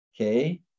okay